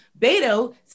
Beto